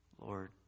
Lord